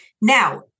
Now